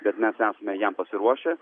bet mes esame jam pasiruošę